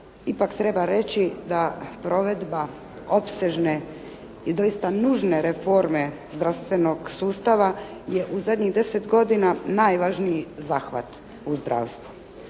ipak treba reći da provedba opsežne i doista nužne reforme zdravstvenog sustava je u zadnjih 10 godina najvažniji zahvat u zdravstvu.